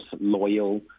loyal